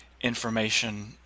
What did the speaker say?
information